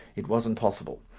it wasn't possible.